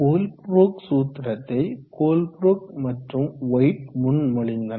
கோல் Brook சூத்திரத்தை Colebrook மற்றும் White முன்மொழிந்தனர்